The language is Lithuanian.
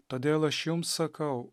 todėl aš jums sakau